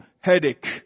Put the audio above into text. headache